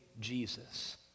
Jesus